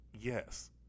Yes